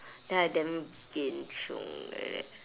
then I damn kian chiong like that